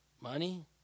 money